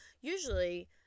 usually